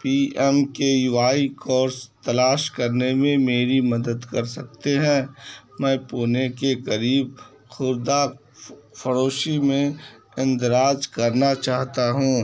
پی M K Y course تلاش کرنے میں میری مدد کر سکتے ہیں میں پونے کے قریب خوردہ فروشی میں اندراج کرنا چاہتا ہوں